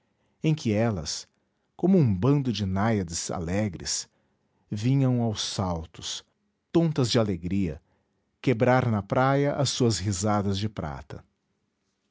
em que elas como um bando de náiades alegres vinham aos saltos tontas de alegria quebrar na praia as suas risadas de prata